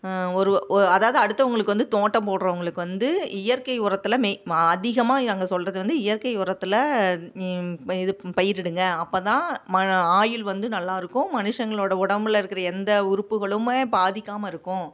ஒரு அதாவது அடுத்தவங்களுக்கு வந்து தோட்டம் போடுறவங்களுக்கு வந்து இயற்கை உரத்துல அதிகமாக நாங்கள் சொல்கிறது வந்து இயற்கை உரத்துல இது பயிரிடுங்க அப்போ தான் ஆயுள் வந்து நல்லாயிருக்கும் மனுஷங்களோட உடம்புல இருக்கிற எந்த உறுப்புகளும் பாதிக்காமல் இருக்கும்